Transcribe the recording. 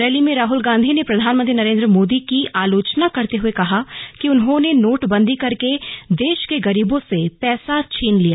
rally में राहुल गांधी ने प्रधानमंत्री नरेन्द्र मोदी की आलोचना करते हुए कहा कि उन्होंने नोटबंदी करके देश के गरीबों से पैसा छीन लिया